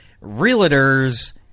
realtor's